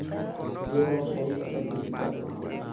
स्पीयर म कोन फसल के सिंचाई होथे?